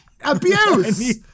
Abuse